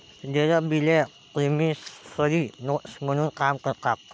देय बिले promissory notes म्हणून काम करतात